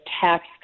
tax